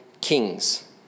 kings